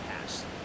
past